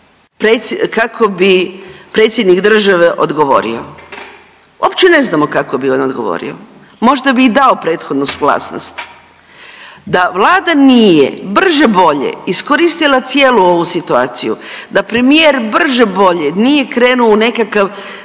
kako bi Predsjednik države odgovorio. Opće ne znamo kako bi on odgovorio, možda bi i dao prethodnu suglasnost da Vlada nije brže bolje iskoristila cijelu ovu situaciju da premijer brže bolje nije krenuo u nekakav